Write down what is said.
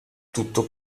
tutto